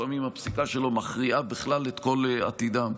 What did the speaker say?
לפעמים הפסיקה שלו מכריעה את כל עתידם.